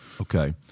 okay